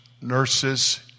nurses